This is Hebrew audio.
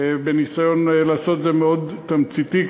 ואנסה לעשות את זה מאוד תמציתי,